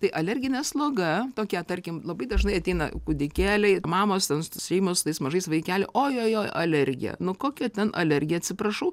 tai alerginė sloga tokia tarkim labai dažnai ateina kūdikėliai mamos tos šeimos su tais mažais vaikeliai ojojoj alergija nu kokia ten alergija atsiprašau